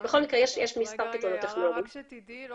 נכון, זה מדויק, זה